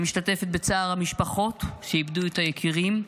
אני משתתפת בצער המשפחות שאיבדו את היקירים.